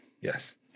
Yes